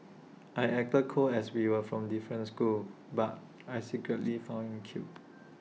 I acted cold as we were from different schools but I secretly found him cute